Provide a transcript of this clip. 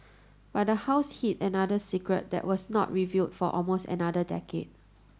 but the house hid another secret that was not revealed for almost another decade